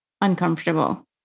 uncomfortable